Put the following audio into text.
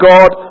God